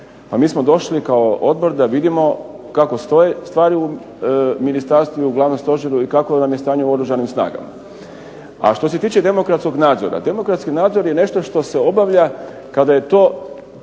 Mi smo došli kao odbor da vidimo kako stoje stvari u Ministarstvu i u Glavnom stožeru i kakvo nam je stanje u Oružanim snagama. A što se tiče demokratskog nadzora, demokratski nadzor je nešto što se obavlja kada je to